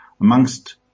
amongst